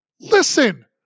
Listen